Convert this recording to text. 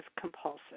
compulsive